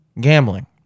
gambling